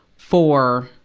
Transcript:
for,